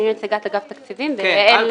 אני נציגת אגף תקציבים ויעל נציגת משרד הביטחון.